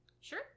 Sure